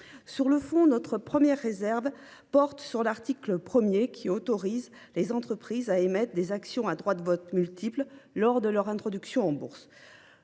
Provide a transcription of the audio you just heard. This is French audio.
Sur le fond, notre première réserve porte sur l’article 1, qui autorise les entreprises à émettre des actions à droits de vote multiples lors de leur introduction en bourse.